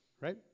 Right